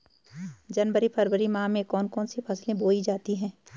जनवरी फरवरी माह में कौन कौन सी फसलें बोई जाती हैं?